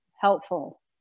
helpful